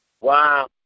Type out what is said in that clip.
Wow